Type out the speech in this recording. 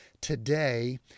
today